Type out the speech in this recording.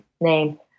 name